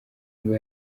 ngo